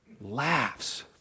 laughs